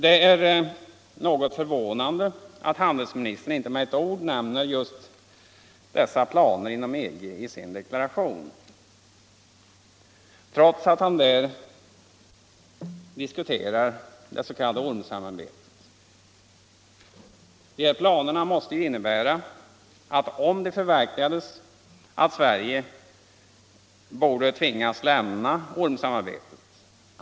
Det är förvånande att handelsministern inte med ett ord nämner just dessa planer inom EG i sin deklaration, trots att han där diskuterar det s.k. ormensamarbetet. Dessa planer måste ju innebära - om de förverkligas — att Sverige borde tvingas lämna ormensamarbetet.